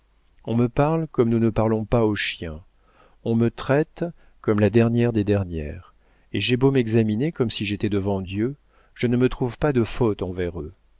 on me parle comme nous ne parlons pas aux chiens on me traite comme la dernière des dernières et j'ai beau m'examiner comme si j'étais devant dieu je ne me trouve pas de fautes envers eux